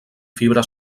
fibra